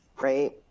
right